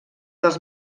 dels